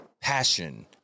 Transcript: passion